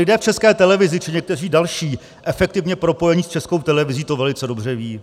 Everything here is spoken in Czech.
Lidé v České televizi či někteří další efektivně propojení s Českou televizí to velice dobře vědí.